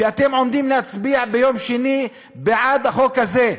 שאתם עומדים להצביע ביום שני בעד החוק הזה,